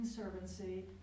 Conservancy